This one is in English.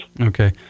Okay